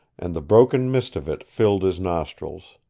and the broken mist of it filled his nostrils.